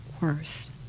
worse